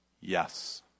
yes